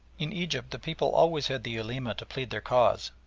in egypt the people always had the ulema to plead their cause,